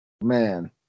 man